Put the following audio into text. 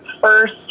first